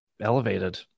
elevated